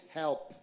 help